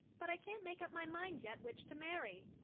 but i can't make up my mind yet which to marry,